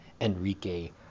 Enrique